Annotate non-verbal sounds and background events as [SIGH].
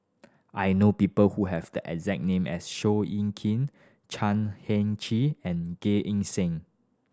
I know people who have the exact name as Seow Yit Kin Chan Heng Chee and [UNINTELLIGIBLE] Eng Seng